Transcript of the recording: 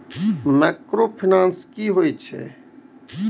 Micro finance कि होई छै?